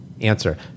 Answer